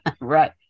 Right